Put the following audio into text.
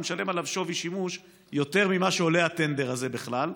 הוא משלם עליו שווי שימוש יותר ממה שעולה הטנדר הזה בכלל.